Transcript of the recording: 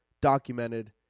documented